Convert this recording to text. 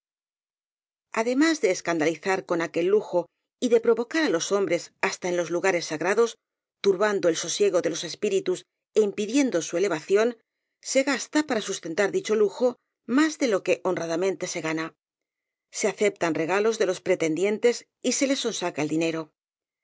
además de escandalizar con aquel lujo y de píovocar á los hombres hasta en los lugares sagrados turbando el sosiego de los espíritus é impidiendo su elevación se gasta para sustentar dicho lujo más de lo que honradamente se gana se aceptan regalos de los pretendientes y se les sonsaca el